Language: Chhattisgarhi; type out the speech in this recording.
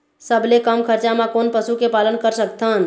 सबले कम खरचा मा कोन पशु के पालन कर सकथन?